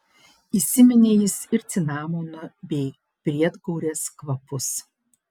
įsiminė jis ir cinamono bei briedgaurės kvapus